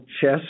chess